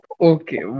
Okay